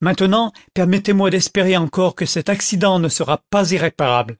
maintenant permettezmoi d'espérer encore que cet accident ne sera pas irréparable